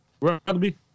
Rugby